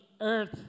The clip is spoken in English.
earth